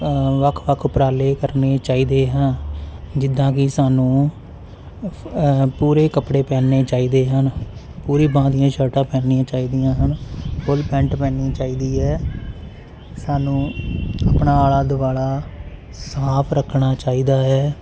ਵੱਖ ਵੱਖ ਉਪਰਾਲੇ ਕਰਨੇ ਚਾਹੀਦੇ ਹਾਂ ਜਿੱਦਾਂ ਕਿ ਸਾਨੂੰ ਪੂਰੇ ਕੱਪੜੇ ਪਹਿਨਣੇ ਚਾਹੀਦੇ ਹਨ ਪੂਰੀ ਬਾਂਹ ਦੀਆਂ ਸ਼ਰਟਾਂ ਪਹਿਨਣੀਆਂ ਚਾਹੀਦੀਆਂ ਹਨ ਫੁੱਲ ਪੈਂਟ ਪਹਿਨਣੀ ਚਾਹੀਦੀ ਹੈ ਸਾਨੂੰ ਆਪਣਾ ਆਲਾ ਦੁਆਲਾ ਸਾਫ ਰੱਖਣਾ ਚਾਹੀਦਾ ਹੈ